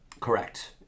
Correct